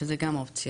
שזו גם אופציה.